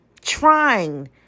trying